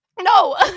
No